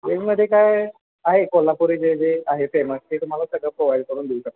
वेजमध्ये काय आहे कोल्हापुरी जे जे आहे फेमस ते तुम्हाला सगळं प्रोव्हाइड करून देऊ शकतो